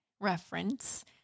reference